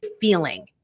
feeling